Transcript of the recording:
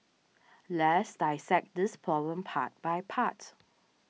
let's dissect this problem part by part